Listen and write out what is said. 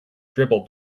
dribbled